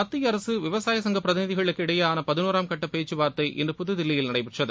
மத்திய அரசு விவசாய சங்கப் பிரதிநிதிகளுக்கு இடையேயாள பதினோராம் கட்ட பேச்சுவார்த்தை இன்று புதுதில்லியில் நனடபெற்றது